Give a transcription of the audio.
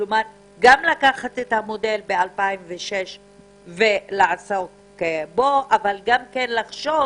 כלומר גם לקחת את המודל ב-2006 ולעסוק בו אבל גם לחשוב,